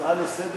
אדוני השר,